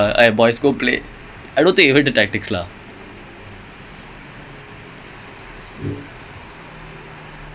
dude dude they give a job to a person with no background as damn they move from